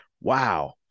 Wow